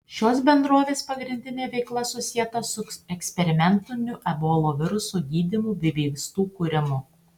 šios bendrovės pagrindinė veikla susieta su eksperimentiniu ebola viruso gydymu bei vaistų kūrimu